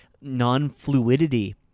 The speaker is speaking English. non-fluidity